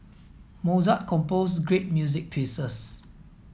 Mozart composed great music pieces